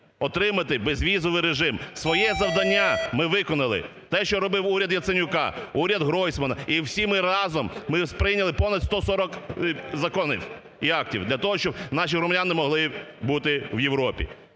отримати безвізовий режим. Своє завдання ми виконали, те, що робив уряд Яценюка, уряд Гройсмана і всі ми разом, ми прийняли понад 140 законів і актів для того, щоб наші громадяни могли бути в Європі.